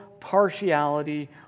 Partiality